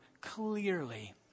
clearly